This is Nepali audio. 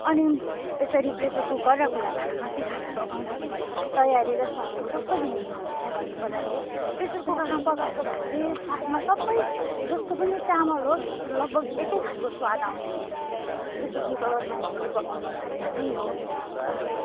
अनि यसरी प्रेसर कुकर र खुल्ला भाँडामा खाना पकाउँदाखेरि तयारी र स्वादमा कस्तो भिन्नता हुन्छ भन्नुपर्दाखेरि प्रेसर कुकरमा पकाएको भात चाहिँ स्वादमा सबै जस्तो पनि चामल होस् लगभग एकै खालको स्वाद आउने हुन्छ प्रेसर कुकरमा किनकि पकाउने तरिका त्यही हो